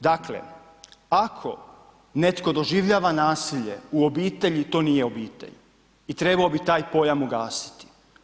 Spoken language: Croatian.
Dakle, ako netko doživljava nasilje u obitelji to nije obitelj i trebao bi taj pojam ugasiti.